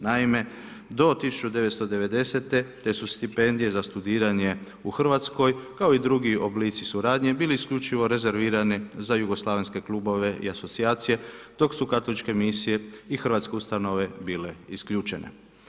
Naime do 1990. te su stipendije za studiranje u Hrvatskoj, kao i drugi oblici suradnje, bili isključivo rezervirane za Jugoslavenske klubove i asocijacije, dok su katoličke misije i hrvatske ustanove bile isključene.